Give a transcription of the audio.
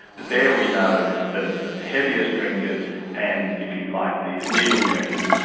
there we know that it's the heaviest drinkers and, if you like, the illegal drinkers,